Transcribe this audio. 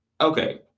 okay